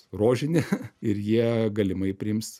rožinė ir jie galimai priims